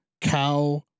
cow